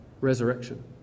resurrection